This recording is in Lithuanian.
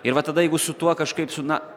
ir va tada jeigu su tuo kažkaip su na